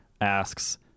asks